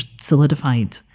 solidified